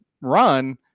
run